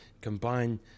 combine